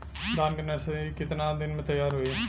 धान के नर्सरी कितना दिन में तैयार होई?